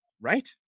right